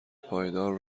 پایدار